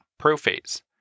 prophase